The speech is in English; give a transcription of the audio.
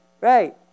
Right